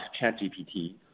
ChatGPT